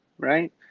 Right